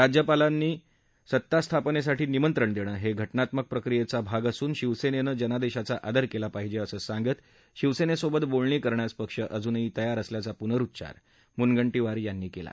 राज्यापालांनी सत्ता स्थापनेसाठी निमंत्रण देणं हे घटनात्मक प्रक्रियेचा एक भाग असून शिवसेनेनं जनादेशाचा आदर केला पाहिजे असं सांगत शिवसेनेसोबत बोलणी करण्यास पक्ष अजूनही तयार असल्याचा पुनरुच्चार मुनगंटीवार यांनी केला